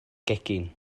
gegin